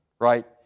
right